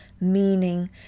meaning